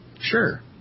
Sure